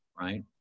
right